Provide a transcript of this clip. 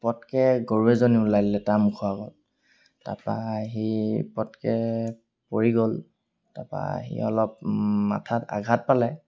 পটকে গৰু এজনী ওলাই দিলে তা মুখৰ আগত তাপা আহি পটকে পৰি গ'ল তাপা আহি অলপ মাথাত আঘাত পালে